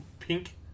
Pink